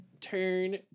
turn